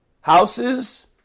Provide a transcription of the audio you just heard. Houses